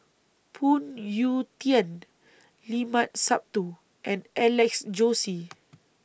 Phoon Yew Tien Limat Sabtu and Alex Josey